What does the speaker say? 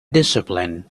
discipline